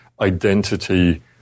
identity